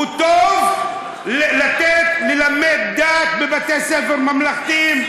הוא טוב ללמד דת בבתי-ספר ממלכתיים.